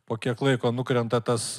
po kiek laiko nukrenta tas